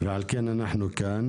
ועל כן אנחנו כאן.